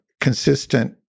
consistent